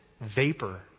vapor